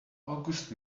august